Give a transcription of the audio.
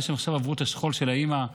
אחרי שעברו את השכול של האימא,